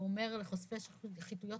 הוא אומר לחושפי שחיתות,